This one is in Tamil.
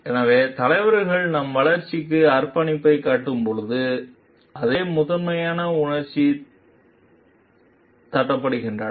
எனவே தலைவர்கள் நம் வளர்ச்சிக்கு அர்ப்பணிப்பைக் காட்டும்போது அதே முதன்மையான உணர்ச்சிகள் தட்டப்படுகின்றன